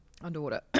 underwater